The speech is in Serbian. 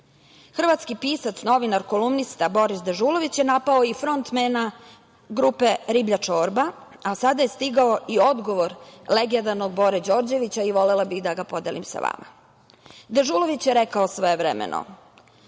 Hrvatski pisac, novinar, kolumnista, Boris Dežulović je napao i frontmena grupe Riblja čorba, a sada je stigao i odgovor legendarnog Bore Đorđevića i volela bih da ga podelim sa vama.Dežulović je rekao svojevremeno